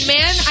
Man